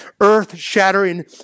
earth-shattering